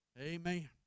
Amen